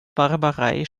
barbarei